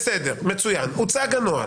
בסדר, מצוין, הוצג הנוהל.